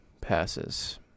passes